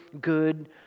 good